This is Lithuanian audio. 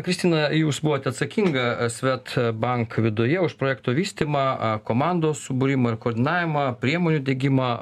kristina jūs buvot atsakinga swedbank viduje už projekto vystymą komandos subūrimą ir koordinavimą priemonių diegimą